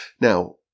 Now